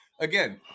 again